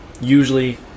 usually